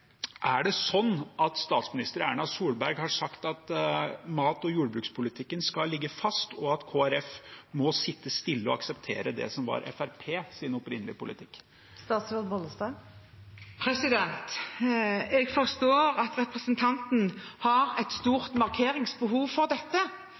statsminister Erna Solberg har sagt at mat- og jordbrukspolitikken skal ligge fast, og at Kristelig Folkeparti må sitte stille og akseptere det som var Fremskrittspartiets opprinnelige politikk. Jeg forstår at representanten Sandtrøen har et